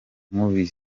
nkubu